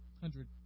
hundred